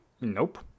Nope